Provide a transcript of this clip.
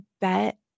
bet